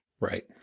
Right